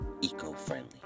eco-friendly